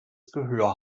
gehör